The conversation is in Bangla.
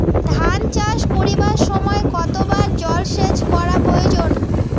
ধান চাষ করিবার সময় কতবার জলসেচ করা প্রয়োজন?